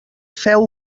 feu